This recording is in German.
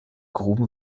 gruben